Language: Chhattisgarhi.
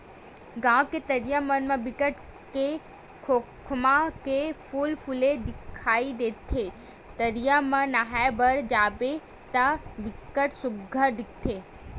गाँव के तरिया मन म बिकट के खोखमा के फूल फूले दिखई देथे, तरिया म नहाय बर जाबे त बिकट सुग्घर दिखथे